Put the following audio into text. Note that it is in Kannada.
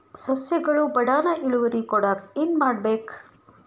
ಸಸ್ಯಗಳು ಬಡಾನ್ ಇಳುವರಿ ಕೊಡಾಕ್ ಏನು ಮಾಡ್ಬೇಕ್?